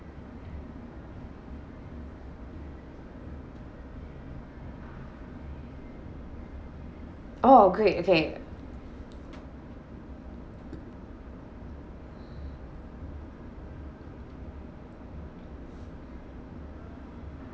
oh great okay